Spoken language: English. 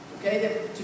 okay